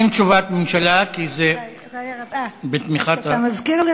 אין תשובת הממשלה, כי זה בתמיכת, אתה מזכיר לי.